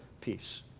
peace